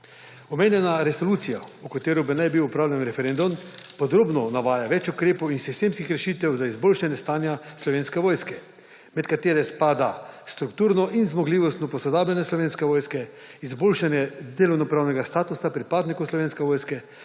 Omenjena resolucija, o kateri naj bi opravljen referendum, podrobno navaja več ukrepov in sistemskih rešitev za izboljšanje stanja Slovenske vojske, med katere spada strukturno in zmogljivostno posodabljanje Slovenske vojske, izboljšanje delovnopravnega statusa pripadnikov Slovenske vojske,